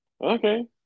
Okay